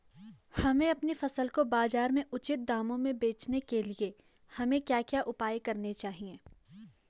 हमें अपनी फसल को बाज़ार में उचित दामों में बेचने के लिए हमें क्या क्या उपाय करने चाहिए?